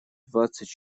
двадцать